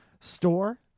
store